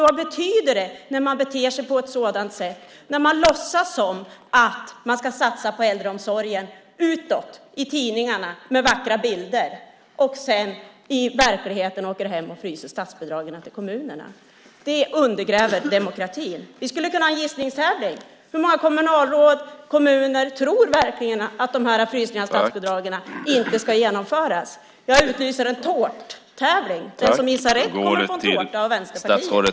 Vad betyder det när man beter sig på ett sådant sätt och låtsas som att man ska satsa på äldreomsorgen utåt i tidningarna med vackra bilder och sedan i verkligheten fryser statsbidragen till kommunerna? Det undergräver demokratin. Vi skulle kunna ha en gissningstävling. Hur många kommunalråd och kommuner tror verkligen att de här frysningarna av statsbidragen inte ska genomföras? Jag utlyser en tårttävling. Den som gissar rätt får en tårta av Vänsterpartiet.